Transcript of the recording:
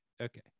Okay